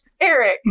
Eric